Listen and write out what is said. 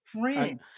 friend